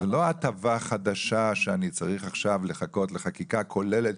זו לא הטבה חדשה שאני צריך עכשיו לחכות לחקיקה כוללת,